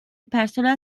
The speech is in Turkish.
personel